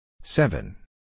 seven